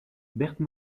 berthe